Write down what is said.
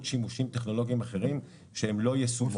שימושים טכנולוגיים אחרים שהם לא יישומון.